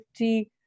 50